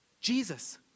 Jesus